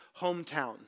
hometown